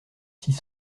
six